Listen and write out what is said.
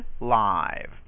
live